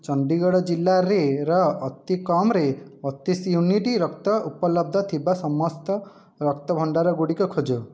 ଚଣ୍ଡୀଗଡ଼ ଜିଲ୍ଲାରେ ଅତିକମ୍ରେ ବତିଶ ୟୁନିଟ୍ ରକ୍ତ ଉପଲବ୍ଧ ଥିବା ସମସ୍ତ ରକ୍ତ ଭଣ୍ଡାରଗୁଡ଼ିକ ଖୋଜ